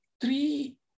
three